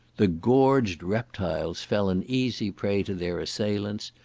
the gorged reptiles fell an easy prey to their assailants,